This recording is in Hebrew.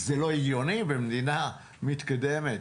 זה לא הגיוני במדינה מתקדמת.